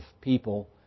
people